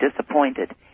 disappointed